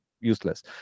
useless